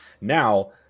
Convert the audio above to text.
Now